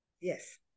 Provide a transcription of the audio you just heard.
Yes